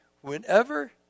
Whenever